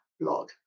blog